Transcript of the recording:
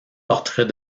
portrait